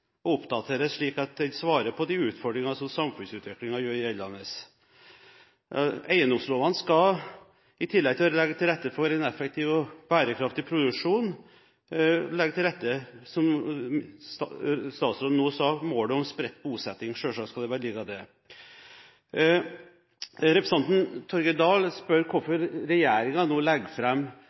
og oppdateres, slik at den svarer på de utfordringene som samfunnsutviklingen gjør gjeldene. Eiendomslovene skal, i tillegg til å legge til rette for en effektiv og bærekraftig produksjon, legge til rette for – som statsråden nå sa – målet om spredt bosetting, selvsagt skal de det. Representanten Torgeir Dahl spør hvorfor regjeringen nå legger